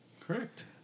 Correct